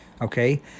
okay